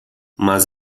mas